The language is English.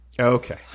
Okay